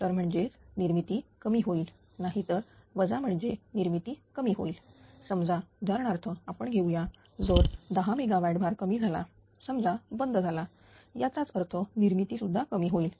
तर म्हणजेच निर्मिती कमी होईल नाहीतर वजा म्हणजे निर्मिती कमी होईल समजा उदाहरणार्थ आपण घेऊया जर 10 मेगावॅट भार कमी झाला समजा बंद झाला त्याचा अर्थ निर्मिती सुद्धा कमी होईल